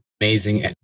amazing